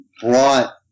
brought